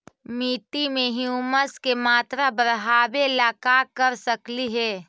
मिट्टी में ह्यूमस के मात्रा बढ़ावे ला का कर सकली हे?